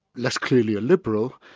less clearly a liberal,